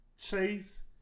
chase